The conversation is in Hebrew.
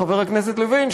חבר הכנסת לוין,